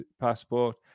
passport